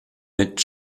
mit